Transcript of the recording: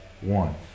one